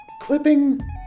clipping